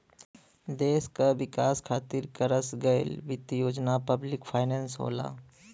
देश क विकास खातिर करस गयल वित्त योजना पब्लिक फाइनेंस होला